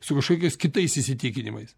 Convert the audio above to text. su kažkokiais kitais įsitikinimais